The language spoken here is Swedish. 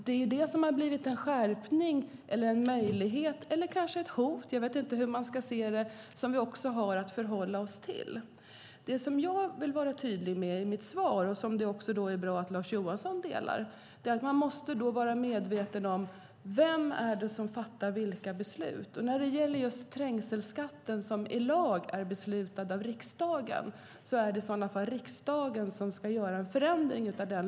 Det är det som har blivit en skärpning, en möjlighet eller kanske ett hot - jag vet inte hur man ska se det - som vi har att förhålla oss till. En uppfattning som jag är tydlig med i mitt svar, och som det är bra att Lars Johansson delar, är att man måste vara medveten om vem det är som fattar vilka beslut. Och när det gäller just trängselskatten, som i lag är beslutad av riksdagen, är det i så fall riksdagen som ska göra en förändring av lagen.